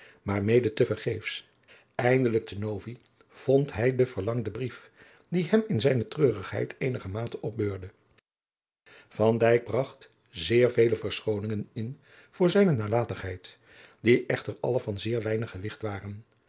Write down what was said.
maar mede te vergeefs eindelijk te novi vond hij den verlangden brief die hem in zijne treurigheid eenigermate opbeurde van dijk bragt zeer vele verschooningen in voor zijne nalatigheid die echter alle van zeer weinig gewigt waren